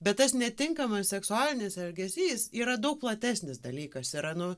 bet tas netinkamas seksualinis elgesys yra daug platesnis dalykas yra nu